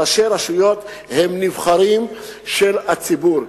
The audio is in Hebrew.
ראשי רשויות הם נבחרים של הציבור,